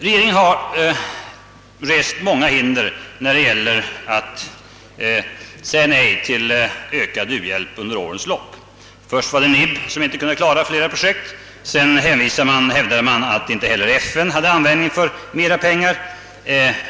Regeringen har under årens lopp rest många hinder när det gällt att öka uhjälpsanslagen. Först var det NIB som inte kunde klara fler projekt, sedan hävdade man att inte heller FN hade användning för mer pengar.